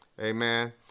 Amen